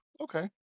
Okay